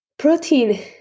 Protein